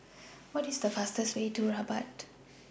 What IS The fastest Way to Rabat